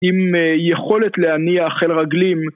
עם יכולת להניע חיל רגלים